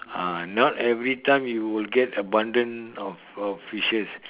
ah not every time you will get a bundle of of fishes